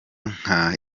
nka